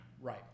right